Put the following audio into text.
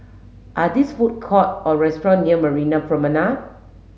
are these food court or restaurant near Marina Promenade